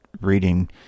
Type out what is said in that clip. reading